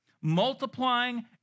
multiplying